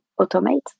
automate